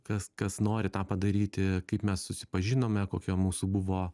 kas kas nori tą padaryti kaip mes susipažinome kokia mūsų buvo